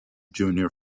junior